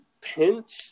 pinch